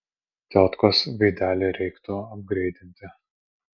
tiotkos veidelį reiktų apgreidinti